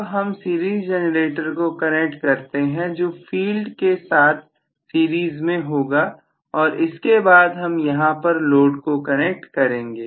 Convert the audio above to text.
अब हम series generator को कनेक्ट करते हैं जो फील्ड के साथ सीरीज में होगा और इसके बाद हम यहां पर लोड को कनेक्ट करेंगे